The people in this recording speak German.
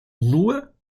nur